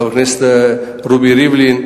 חבר הכנסת רובי ריבלין,